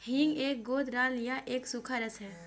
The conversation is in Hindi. हींग एक गोंद राल या एक सूखा रस है